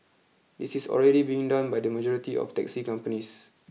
this is already being done by the majority of taxi companies